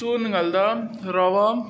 चून घालता रवा